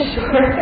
Sure